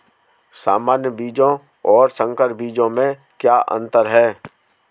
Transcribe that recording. सामान्य बीजों और संकर बीजों में क्या अंतर है?